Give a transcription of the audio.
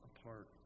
apart